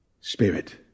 spirit